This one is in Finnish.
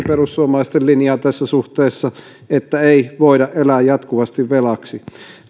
perussuomalaisten linjaa tässä suhteessa että ei voida elää jatkuvasti velaksi